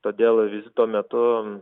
todėl vizito metu